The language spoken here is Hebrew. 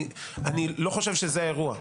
אני לא חושב שזה האירוע,